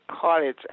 college